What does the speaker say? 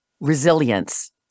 resilience